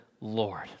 Lord